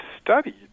studied